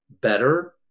better